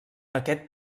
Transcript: aquest